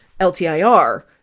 LTIR